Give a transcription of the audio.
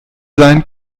sein